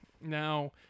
Now